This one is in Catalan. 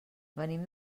venim